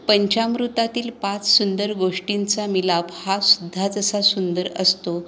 पंचामृतातील पाच सुंदर गोष्टींचा मिलाफ हा सुद्धा जसा सुंदर असतो